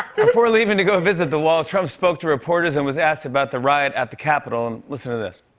before leaving to go visit the wall, trump spoke to reporters and was asked about the riot at the capitol. and listen to this.